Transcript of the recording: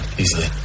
easily